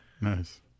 Nice